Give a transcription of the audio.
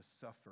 suffer